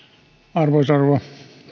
arvoisa rouva